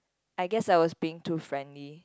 I guess I was being too friendly